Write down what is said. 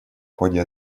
ходе